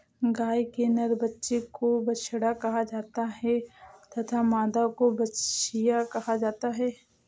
गाय के नर बच्चे को बछड़ा कहा जाता है तथा मादा को बछिया कहा जाता है